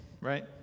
Right